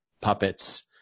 puppets